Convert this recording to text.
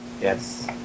Yes